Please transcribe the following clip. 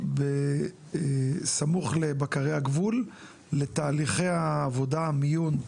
סמוך לבקרי הגבול לתהליכי העבודה, המיון,